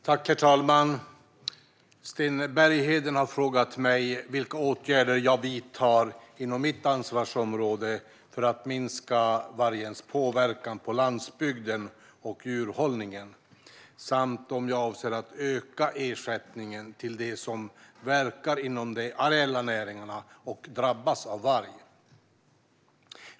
Herr talman! Sten Bergheden har frågat mig vilka åtgärder jag vidtar inom mitt ansvarsområde för att minska vargens påverkan på landsbygden och djurhållningen samt om jag avser att öka ersättningen till dem som verkar inom de areella näringarna och drabbas av varg.